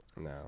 No